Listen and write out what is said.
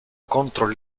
contro